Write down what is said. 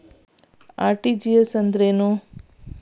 RTGS ಅಂದ್ರೇನು?